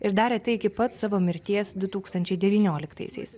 ir darė tai iki pat savo mirties du tūkstančiai devynioliktaisiais